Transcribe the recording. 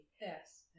Yes